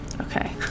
okay